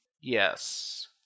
Yes